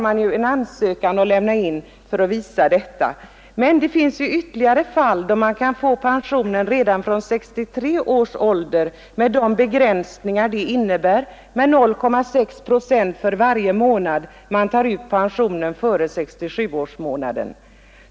Men det finns ju ytterligare fall då man kan få pension redan från 63 års ålder med de begränsningar det innebär — ett avdrag på 0,6 procent för varje månad man tar ut pension före 67-årsmånaden.